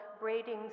Braiding